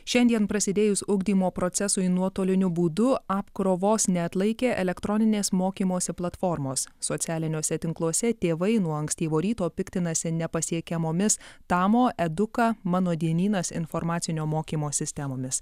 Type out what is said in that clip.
šiandien prasidėjus ugdymo procesui nuotoliniu būdu apkrovos neatlaikė elektroninės mokymosi platformos socialiniuose tinkluose tėvai nuo ankstyvo ryto piktinasi nepasiekiamomis tamo eduka mano dienynas informacinio mokymo sistemomis